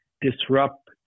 disrupt